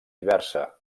diversa